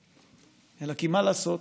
אלא כי מה לעשות,